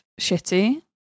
shitty